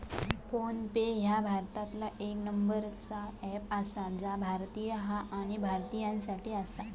phone पे ह्या भारतातला येक नंबरचा अँप आसा जा भारतीय हा आणि भारतीयांसाठी आसा